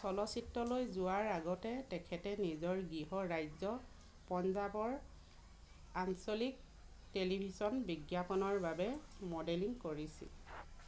চলচ্চিত্ৰলৈ যোৱাৰ আগতে তেখেতে নিজৰ গৃহ ৰাজ্য পঞ্জাবৰ আঞ্চলিক টেলিভিছন বিজ্ঞাপনৰ বাবে মডেলিং কৰিছিল